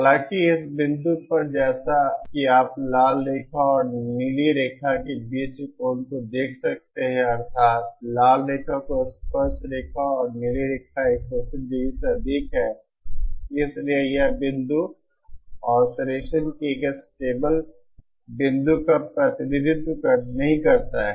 हालांकि इस बिंदु पर जैसा कि आप लाल रेखा और नीली रेखा के बीच के कोण को देख सकते हैं अर्थात लाल रेखा को स्पर्शरेखा और नीली रेखा 180 ° से अधिक है इसलिए यह बिंदु ऑसिलेसन के एक स्टेबल बिंदु का प्रतिनिधित्व नहीं करता है